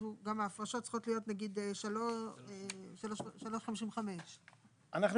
אז גם ההפרשות צריכות להיות נגיד 3.55. אנחנו